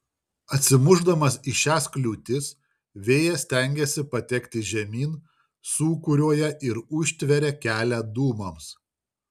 atsimušdamas į šias kliūtis vėjas stengiasi patekti žemyn sūkuriuoja ir užtveria kelią dūmams